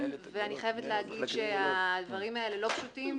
ואני חייבת להגיד שהדברים האלה לא פשוטים,